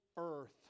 earth